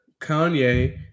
Kanye